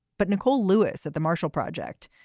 but nicole lewis at the marshall project,